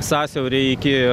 sąsiaurį iki